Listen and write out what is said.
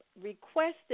requested